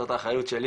זאת האחריות שלי